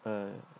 uh